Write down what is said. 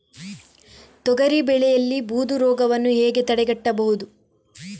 ತೊಗರಿ ಬೆಳೆಯಲ್ಲಿ ಬೂದು ರೋಗವನ್ನು ಹೇಗೆ ತಡೆಗಟ್ಟಬಹುದು?